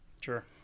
Sure